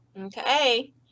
Okay